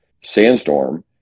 Sandstorm